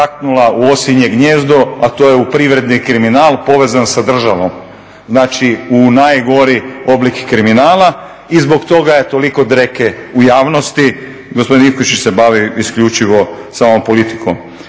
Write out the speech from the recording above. u osinje gnijezdo, a to je u privredni kriminal povezan sa državom. Znači u najgori oblik kriminala i zbog toga je toliko dreke u javnosti. Gospodin Ivkošić se bavi isključivo samo politikom.